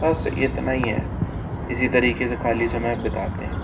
बस इतना ही है इसी तरीक़े से ख़ाली समय बिताते हैं